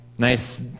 Nice